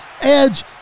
edge